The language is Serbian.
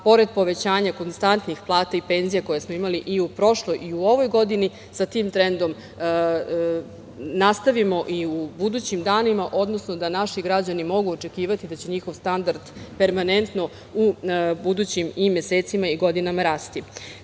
pored povećanja konstantnih plata i penzija, koje smo imali i u prošloj i u ovoj godini, sa tim trendom nastavimo i u budućim danima, odnosno da naši građani mogu očekivati da će njihov standard permanentno u budućim i mesecima i godinama